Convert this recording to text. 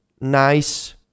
Nice